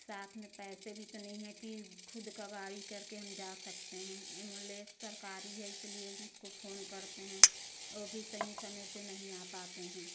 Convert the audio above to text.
साथ में पैसे भी नहीं हैं कि खुद का गाड़ी करके हम जा सकते हैं एमुलेस सरकारी है इसलिए को फ़ोन करते हैं ओ भी सही समय पर नहीं आ पाते हैं